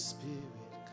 Spirit